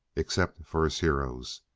except for his heroes.